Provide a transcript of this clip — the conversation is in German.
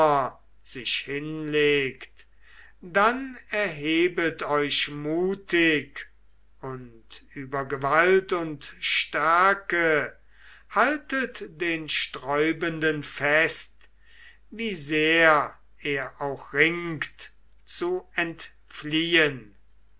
sich hinlegt dann erhebet euch mutig und übet gewalt und stärke haltet den sträubenden fest wie sehr er auch ringt zu entfliehen